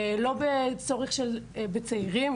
לא בצורך בצעירים,